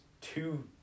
two